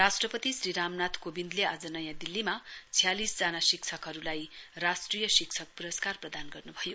राष्ट्पति श्री रामनाथ कोविन्दले आज नयाँ दिल्लीमा छयालिसजना शिक्षकहरूलाई राष्ट्रिय शिक्षक पुरस्कार प्रदान गर्नु भयो